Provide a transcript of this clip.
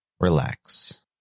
relax